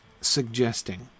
suggesting